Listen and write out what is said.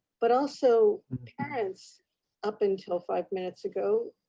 but also parents up until five minutes ago,